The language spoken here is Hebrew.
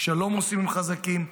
שלום עושים עם חזקים,